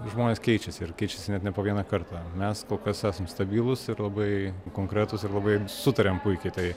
žmonės keičiasi ir keičiasi net ne po vieną kartą mes kol kas esam stabilūs ir labai konkretūs ir labai sutariam puikiai tai